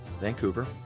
Vancouver